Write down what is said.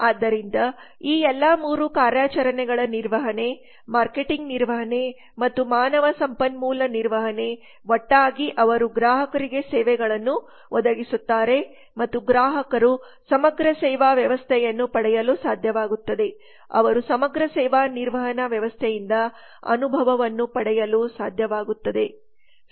ಆದ್ದರಿಂದ ಈ ಎಲ್ಲಾ 3 ಕಾರ್ಯಾಚರಣೆಗಳ ನಿರ್ವಹಣೆ ಮಾರ್ಕೆಟಿಂಗ್ ನಿರ್ವಹಣೆ ಮತ್ತು ಮಾನವ ಸಂಪನ್ಮೂಲ ನಿರ್ವಹಣೆ ಒಟ್ಟಾಗಿ ಅವರು ಗ್ರಾಹಕರಿಗೆ ಸೇವೆಗಳನ್ನು ಒದಗಿಸುತ್ತಾರೆ ಮತ್ತು ಗ್ರಾಹಕರು ಸಮಗ್ರ ಸೇವಾ ವ್ಯವಸ್ಥೆಯನ್ನು ಪಡೆಯಲು ಸಾಧ್ಯವಾಗುತ್ತದೆ ಅವರು ಸಮಗ್ರ ಸೇವಾ ನಿರ್ವಹಣಾ ವ್ಯವಸ್ಥೆಯಿಂದ ಅನುಭವವನ್ನು ಪಡೆಯಲು ಸಾಧ್ಯವಾಗುತ್ತದೆ